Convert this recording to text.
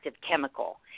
chemical